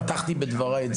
כך גם פתחתי את דבריי.